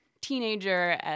teenager